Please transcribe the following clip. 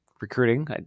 recruiting